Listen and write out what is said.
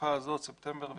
בתקופה הזו, ספטמבר וחגים,